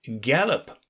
Gallop